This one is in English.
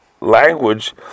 language